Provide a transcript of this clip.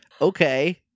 Okay